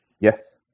Yes